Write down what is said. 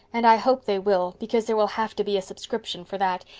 and i hope they will, because there will have to be a subscription for that,